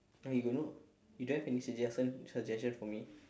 eh you got no you don't have any suggestion suggestion for me